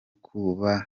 kuba